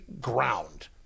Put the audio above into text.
ground